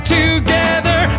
together